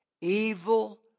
Evil